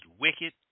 wicked